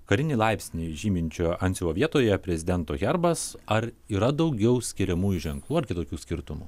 karinį laipsnį žyminčio antsiuvo vietoje prezidento herbas ar yra daugiau skiriamųjų ženklų ar kitokių skirtumų